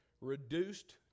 reduced